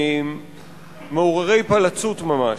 מעורר פלצות ממש.